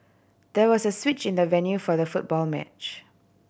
there was a switch in the venue for the football match